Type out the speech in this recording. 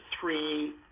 three